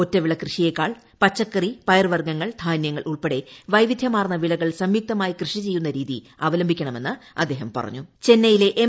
ഒറ്റവിള കൃഷിയേക്കാൾ പച്ചക്കറികൾ പയർവർഗ്ഗങ്ങൾ ധാന്യങ്ങൾ ഉൾപ്പെടെ വൈവിദ്ധ്യമാർന്ന വിളകൾ സംയുക്തമായി കൃഷിചെയ്യുന്ന രീതി അവലംബിക്കണമെന്ന് ചെന്നൈയിലെ എം